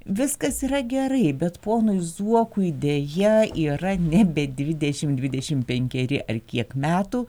viskas yra gerai bet ponui zuokui deja yra nebe dvidešimt dvidešimt penki ar kiek metų